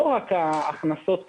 לא רק ההכנסות מהמיסוי,